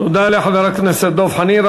תודה לחבר הכנסת דב חנין.